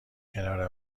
کنار